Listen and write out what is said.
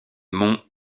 monts